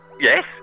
Yes